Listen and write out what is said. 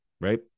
right